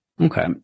Okay